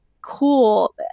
cool